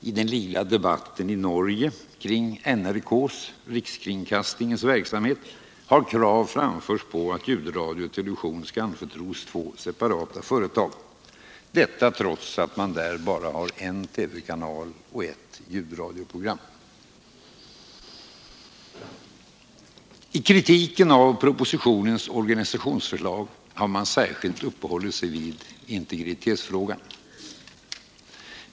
I den livliga debatten i Norge kring NRK:s, Rikskringkastingens, verksamhet har krav framförts att ljudradio och television skall anförtros två separata företag — detta trots att man där bara har en TV-kanal och ett ljudradioprogram. I kritiken av propositionens organisationsförslag har man särskilt uppehållit sig vid integritetsfrågan.